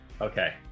okay